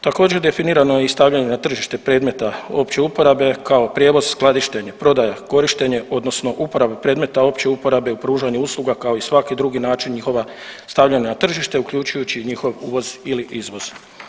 Također definirano je i stavljanje na tržište predmeta opće uporabe kao prijevoz, skladištenje, prodaja, korištenje odnosno uporaba predmeta opće uporabe u pružanju usluga kao i svaki drugi način njihova stavljana na tržište uključujući i njihov uvoz ili izvoz.